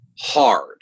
hard